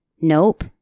Nope